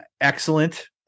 excellent